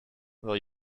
will